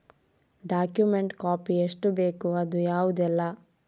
Document copy ಎಷ್ಟು ಬೇಕು ಅದು ಯಾವುದೆಲ್ಲ?